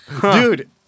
Dude